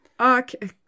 Okay